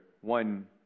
one